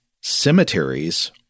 cemeteries